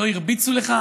לא הרביצו לך?